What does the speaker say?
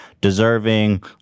deserving